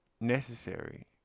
necessary